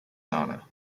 nana